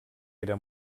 era